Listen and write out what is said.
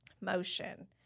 motion